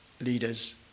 leaders